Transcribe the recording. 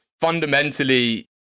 fundamentally